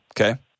Okay